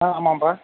ஆ ஆமாப்பா